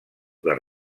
les